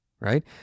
right